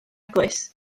eglwys